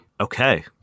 Okay